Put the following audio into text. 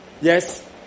Yes